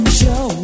show